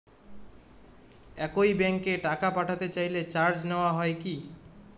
একই ব্যাংকে টাকা পাঠাতে চাইলে চার্জ নেওয়া হয় কি?